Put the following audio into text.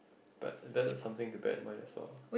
but that is something to bad in mind also